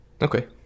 Okay